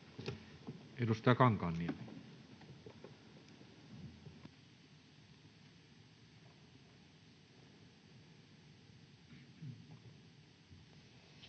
Edustaja Kankaanniemi.